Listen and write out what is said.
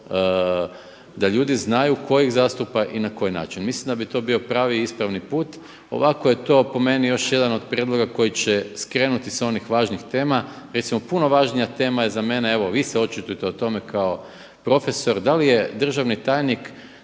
da ljudi znaju tko iz zastupa i na koji način. Mislim da bi to bio pravi i ispravni put, ovako je to po meni još jedan od prijedloga koji će skrenuti sa onih važnih tema. Recimo puno važnija tema je za mene evo vi se očitujte o tome, kao profesor da li je državni tajnika